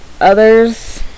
others